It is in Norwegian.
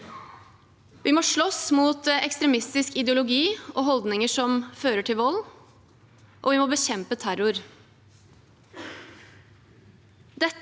Vi må slåss mot ekstremistisk ideologi og holdninger som fører til vold, og vi må bekjempe terror.